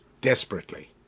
Desperately